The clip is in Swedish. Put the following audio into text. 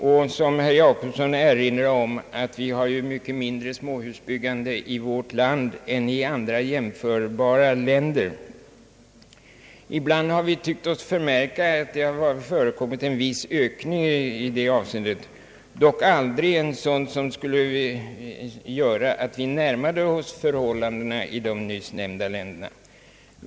Vi har ju — som herr Jacobsson också sade — mycket mindre småhusbyggande i vårt land än i andra jämförbara länder. Ibland har vi tyckt oss märka en viss ökning, dock aldrig av en sådan omfattning att vi närmade oss förhållandena i de övriga länder som jag syftar på.